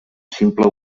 simple